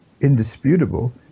indisputable